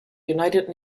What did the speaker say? united